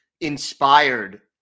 inspired